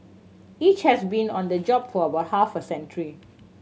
each has been on the job for about half a century